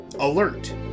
Alert